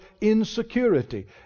insecurity